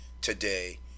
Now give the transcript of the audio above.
today